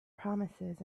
promises